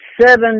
seven